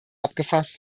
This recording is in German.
abgefasst